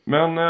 Men